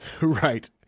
right